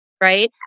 right